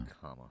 Comma